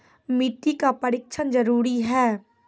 मिट्टी का परिक्षण जरुरी है?